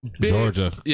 Georgia